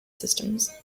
systems